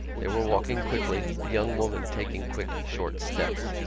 they were walking quickly, the young woman taking quick short steps,